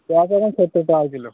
পেঁয়াজ এখন সত্তর টাকা কিলো